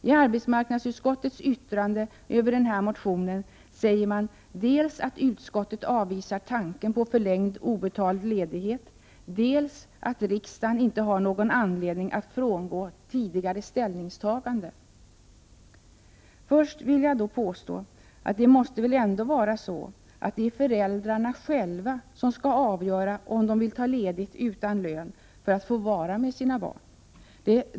I arbetsmarknadsutskottets yttrande över den här motionen framhåller man dels att utskottet avvisar tanken på förlängd obetald ledighet, dels att riksdagen inte har någon anledning att frångå tidigare ställningstaganden. Först vill jag påstå att det väl ändå måste vara så, att det är föräldrarna själva som skall avgöra om de vill ta ledigt utan lön för att få vara med sina barn.